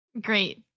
Great